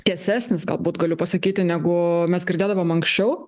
tiesesnis galbūt galiu pasakyti negu mes girdėdavom anksčiau